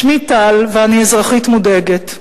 שמי טל, ואני אזרחית מודאגת.